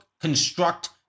construct